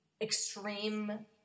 extreme